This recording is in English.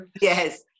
Yes